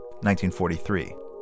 1943